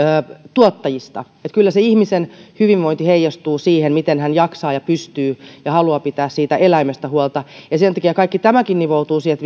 tuottajista että kyllä se ihmisen hyvinvointi heijastuu siihen miten hän jaksaa pystyy ja haluaa pitää siitä eläimestä huolta sen takia kaikki tämäkin nivoutuu siihen